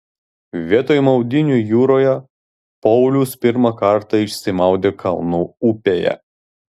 vietoj maudynių jūroje paulius pirmą kartą išsimaudė kalnų upėje